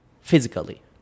physically